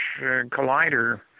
collider